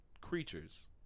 creatures